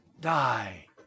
die